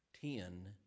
ten